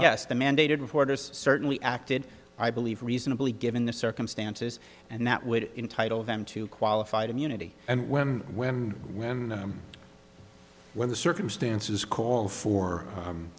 yes the mandated reporters certainly acted i believe reasonably given the circumstances and that would entitle them to qualified immunity and when when when when the circumstances call for